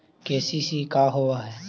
KCC का होव हइ?